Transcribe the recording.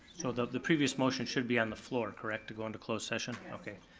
so the the previous motion should be on the floor, correct, to go into closed session, okay?